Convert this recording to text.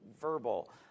verbal